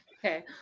Okay